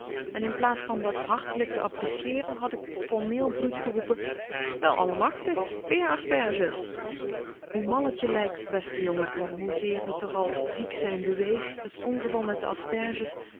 en in plaats dat hartelijk te apprecieeren had k formeel bruut geroepen wel allemachtig wéér asperges hoe mal t je lijkt beste jongen en hoezeer t r al ziek-zijn bewees t ongeval met de asperges